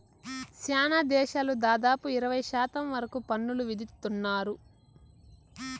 శ్యానా దేశాలు దాదాపుగా ఇరవై శాతం వరకు పన్నులు విధిత్తున్నారు